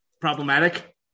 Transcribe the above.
Problematic